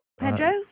Pedro